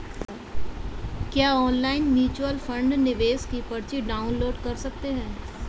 क्या online mutual fund निवेश की पर्ची डाउनलोड कर सकते हैं?